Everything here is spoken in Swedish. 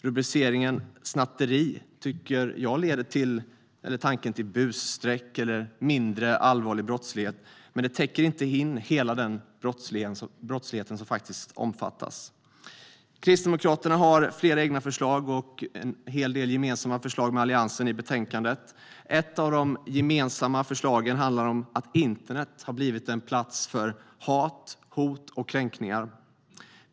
Rubriceringen "snatteri" tycker jag leder tanken till busstreck eller mindre allvarlig brottslighet, men det täcker inte in hela den brottslighet som faktiskt omfattas. Kristdemokraterna har i betänkandet flera egna förslag och en hel del förslag som är gemensamma med Alliansen. Ett av de gemensamma förslagen handlar om att internet har blivit en plats för hat, hot och kränkningar.